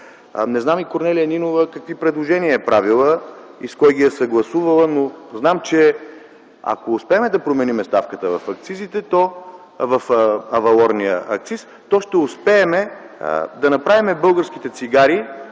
Не знам и какви предложения е правила Корнелия Нинова, с кого ги е съгласувала, но знам, че ако успеем да променим ставката в акцизите – авалорния акциз, то ще успеем да направим българските цигари